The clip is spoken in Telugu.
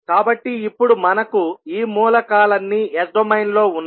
కాబట్టి ఇప్పుడు మనకు ఈ మూలకాలన్నీ S డొమైన్లో ఉన్నాయి